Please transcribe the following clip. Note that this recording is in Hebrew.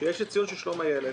כשיש ציון של שלום הילד